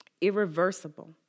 irreversible